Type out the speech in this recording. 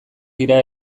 dira